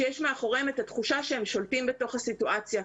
שיש מאחוריהם את התחושה שהם שולטים בתוך הסיטואציה.